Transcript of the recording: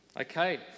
Okay